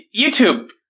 YouTube